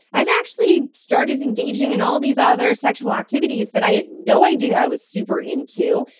i've actually started engaging in all these other sexual activities that i had no idea i was super into.